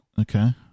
Okay